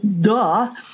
duh